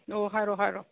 ꯑꯣ ꯍꯥꯏꯔꯣ ꯍꯥꯏꯔꯣ